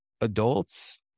adults